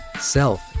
self